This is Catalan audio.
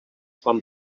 quan